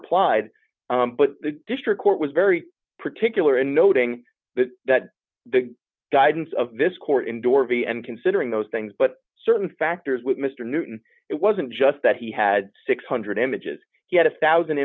applied but the district court was very particular and noting that the guidance of this court indoor v and considering those things but certain factors with mr newton it wasn't just that he had six hundred images he had a one thousand